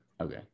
Okay